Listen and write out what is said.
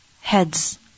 heads